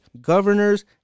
governors